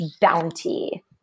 bounty